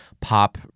pop